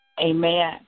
Amen